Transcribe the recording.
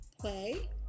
play